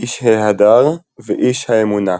"איש ההדר" ו"איש האמונה"